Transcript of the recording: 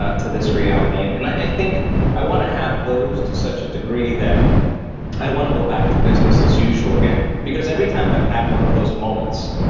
ah to this reality. and and i think i want to have those to such a degree that i don't want to go back to business as usual again, because every time i've had one of those moments